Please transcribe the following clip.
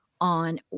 on